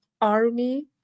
army